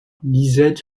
lisette